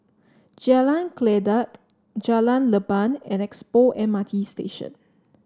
Jalan Kledek Jalan Leban and Expo M R T Station